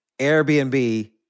Airbnb